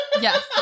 Yes